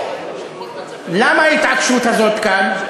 למה ההתעקשות הזאת כאן?